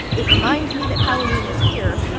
it reminds me that halloween is here.